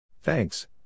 Thanks